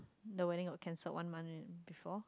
the wedding got cancelled one month uh before